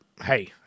hey